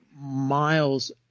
Miles